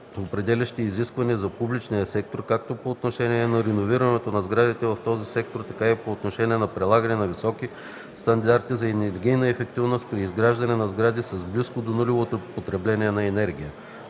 определящи изисквания за публичния сектор, както по отношение на реновирането на сградите в този сектор, така и по отношение прилагането на високи стандарти за енергийна ефективност при изграждането на сгради с близко до нулево потребление на енергия.